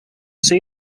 see